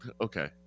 okay